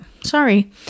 sorry